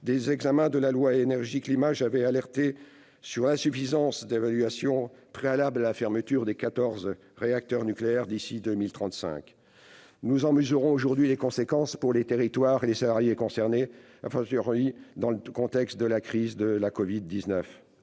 Dès l'examen de la loi Énergie-climat, j'avais alerté sur l'insuffisante évaluation préalable de la fermeture des quatorze réacteurs nucléaires d'ici à 2035. Nous en mesurons aujourd'hui les conséquences pour les territoires et les salariés concernés, dans le contexte de crise de la covid-19.